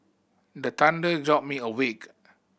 the thunder jolt me awake